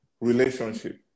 relationship